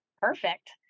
Perfect